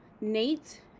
Nate